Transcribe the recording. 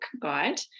guide